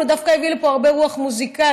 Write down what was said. הוא דווקא הביא לפה הרבה רוח מוזיקלית.